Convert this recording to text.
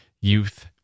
youth